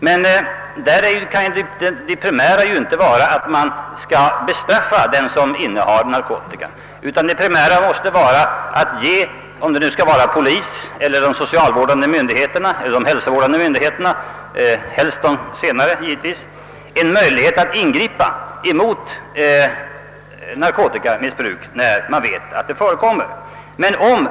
Men då är ju inte det primära, att straffa utan det primära måste vara att ge — om det nu skall vara polisen eller de socialvårdande myndigheterna eller de hälsovårdande myndigheterna, givetvis helst de senare — en möjlighet att ingripa med vård, när man vet att narkotikamissbruk förekommer.